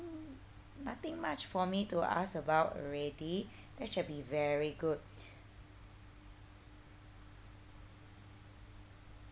nothing much for me to ask about already that shall be very good